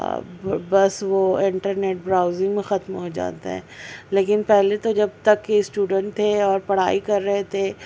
بس وہ internet browsing میں ختم ہو جاتا ہے لیکن پہلے تو جب تک اسٹوڈنٹ تھے اور پڑھائی کر رہے تھے